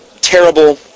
terrible